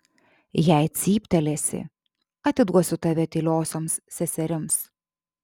jei cyptelėsi atiduosiu tave tyliosioms seserims